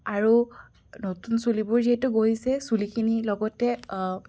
আৰু নতুন চুলিবোৰ যিহেতু গজিছে চুলিখিনি লগতে